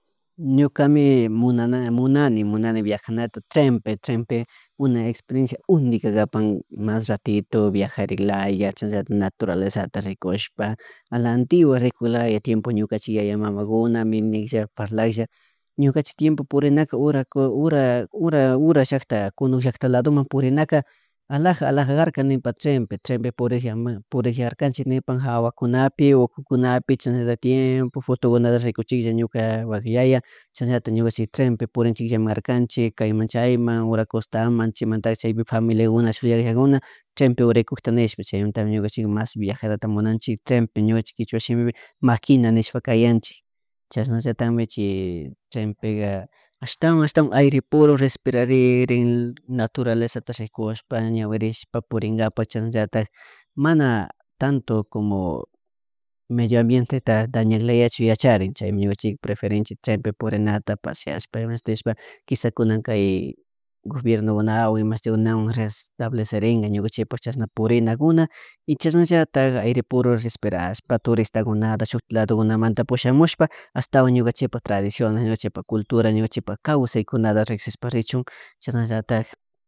Ñukami munana, munani munani viajanata trenpe trenpe una experiencia única gapan mas ratiro viajarin laya chaya naturaleza atarikushpa a la antigua riculaya tiempo ñukanchi yaya mamakuna miknilla parlalla ñukachi tiempo purico horaku hura hura hura llakta kunullakta ladumiman purinaka alaja alaja karka nipa trenpe trenpe purilla purilla arkanchik nipaha wapunapi o cucunapi trena atiempo fotokuna rikukchillan ñuka wakyaya chay ñanta ñukasi trenpe purinchiklla markanchik kay machaimayman wakra costaman chimantai chype familiakuna shuyayakuna trenpe urikukta nishpa chay untami ñuka chikmi mas viajadata munanchik trenpe ñuka kichwa shimipe maquina nishpa kayanchik chashana llatanmi trenpeka ashtawan ashtawan aire puro respirareren naturalezata chay kuyashpa ña wirishpa purinkapak chanllata mana tanto como medioambiente ta dañalayachun yacharin chay ñuka chik preferencia trenpe purinata pasiashpa munatishpa quisakunka kay gobiernoku establecirinka ñukape chashna purinakuna y chashnallataka aire puro respirashpa turistaku nada shuk ladokunamanta pushamushpa ashtawan ñukachispa tradiciones ñukachishpa cultura ñukachishpa kawaykunata riksishpa richun chashna llatak